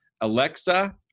Alexa